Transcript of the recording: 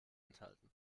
enthalten